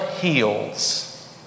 heals